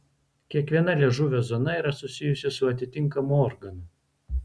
kiekviena liežuvio zona yra susijusi su atitinkamu organu